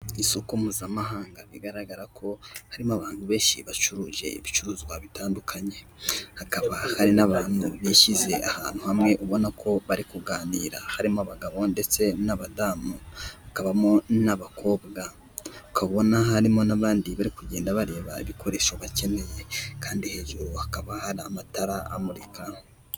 Isoko Mpuzamahanga bigaragara ko harimo abantu benshi bacuruje ibicuruzwa bitandukanye, hakaba hari n'abantu bishyize ahantu hamwe ubona ko bari kuganira harimo abagabo ndetse n'abadamu, hakabamo n'abakobwa. Ukaba ubona harimo n'abandi bari kugenda bareba ibikoresho bakeneye kandi hejuru hakaba hari amatara amurika.